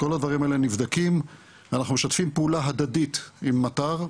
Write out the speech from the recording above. כל הדברים האלו נבדקים ואנחנו משתפים פעולה הדדית עם מט"ר,